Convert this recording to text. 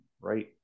right